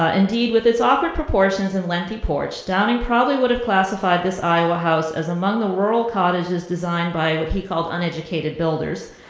ah indeed, with its awkward proportions and lengthy porch, downing probably would have classified this iowa house as among the rural cottages designed by what he called uneducated builders.